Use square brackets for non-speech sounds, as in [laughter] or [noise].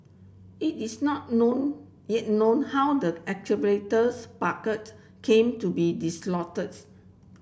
it is not known yet known how the [unintelligible] bucket came to be dislodged